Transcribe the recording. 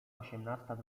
osiemnasta